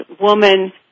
woman